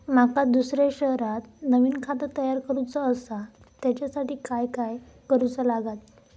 माका दुसऱ्या शहरात नवीन खाता तयार करूचा असा त्याच्यासाठी काय काय करू चा लागात?